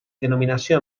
denominació